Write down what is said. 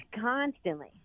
Constantly